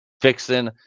fixing